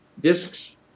discs